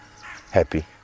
happy